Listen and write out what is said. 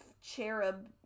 cherub